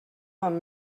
amb